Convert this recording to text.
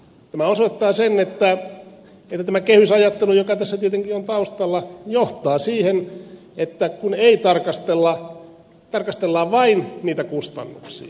tämä osoittaa sen että tämä kehysajattelu joka tässä tietenkin on taustalla johtaa siihen että tarkastellaan vain niitä kustannuksia